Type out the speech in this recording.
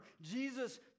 Jesus